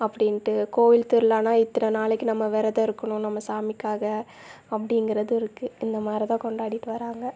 அப்படின்ட்டு கோயில் திருவிழானா இத்தனை நாளைக்கு நம்ம விரதம் இருக்கணும் நம்ம சாமிக்காக அப்படிங்கறதும் இருக்குது இந்த மாதிரிதான் கொண்டாடிட்டு வராங்க